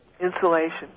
insulation